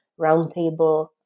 roundtable